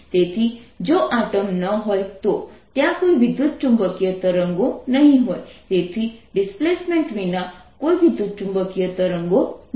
તેથી જો આ ટર્મ ન હોય તો ત્યાં કોઈ વિદ્યુતચુંબકીય તરંગો નહીં હોય તેથી ડિસ્પ્લેસમેન્ટ વિના કોઈ વિદ્યુતચુંબકીય તરંગો નથી